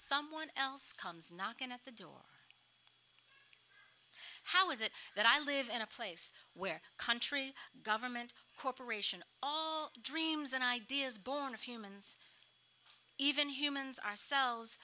someone else comes knocking at the door how is it that i live in a place where country government corporation all dreams and ideas born of humans even humans ourselves